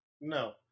No